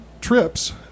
trips